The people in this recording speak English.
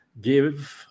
give